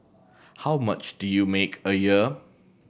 how much do you make a year